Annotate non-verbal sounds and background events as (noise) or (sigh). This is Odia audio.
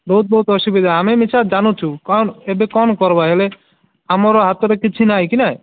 ବହୁତ ବହୁତ ଅସୁବିଧା ଆମେ (unintelligible) ଜାଣୁଛୁ କ'ଣ ଏବେ କ'ଣ କରିବା ହେଲେ ଆମର ହାତରେ କିଛି ନାଇଁ କି ନାଇଁ